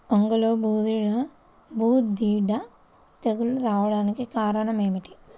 వంగలో బూడిద తెగులు రావడానికి కారణం ఏమిటి?